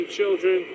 children